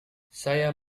saya